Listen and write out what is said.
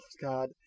God